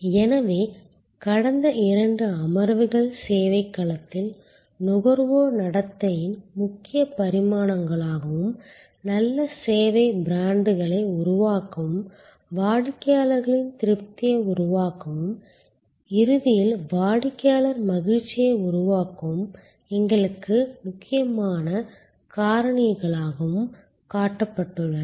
எனவே கடந்த இரண்டு அமர்வுகள் சேவை களத்தில் நுகர்வோர் நடத்தையின் முக்கிய பரிமாணங்களாகவும் நல்ல சேவை பிராண்டுகளை உருவாக்கவும் வாடிக்கையாளர்களின் திருப்தியை உருவாக்கவும் இறுதியில் வாடிக்கையாளர் மகிழ்ச்சியை உருவாக்கவும் எங்களுக்கு முக்கியமான காரணிகளாகவும் காட்டப்பட்டுள்ளன